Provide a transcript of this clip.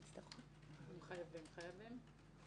אם חייבים, חייבים.